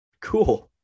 cool